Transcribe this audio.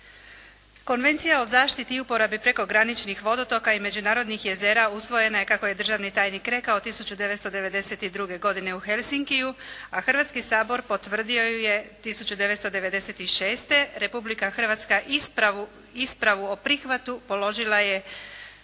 Konvencija o zaštiti i uporabi prekograničnih vodotoka i međunarodnih jezera usvojena je kako je državni tajnik rekao 1992. godine u Helsinkiu a Hrvatski sabor potvrdio ju je 1996. Republika Hrvatsku ispravu o prihvatu položila je